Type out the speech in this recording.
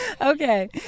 Okay